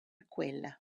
quella